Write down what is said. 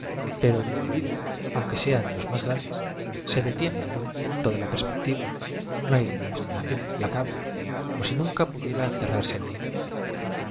pero el indi viduo auuque sea de los más grandes ae detiene eo un punto de la perspectiva con un aire de obstinación implacable como si nunca pudiera cerrarse el círculo